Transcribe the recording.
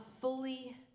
fully